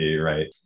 right